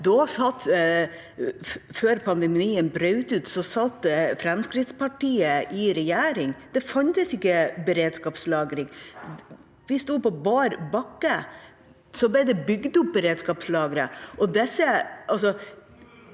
Før pandemien brøt ut, satt Fremskrittspartiet i regjering. Det fantes ikke beredskapslagre. Vi sto på bar bakke. Så ble det bygd opp beredskapslagre.